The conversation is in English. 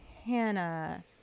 Hannah